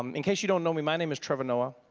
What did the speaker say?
um in case you don't know me, my name is trevor noah,